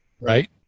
right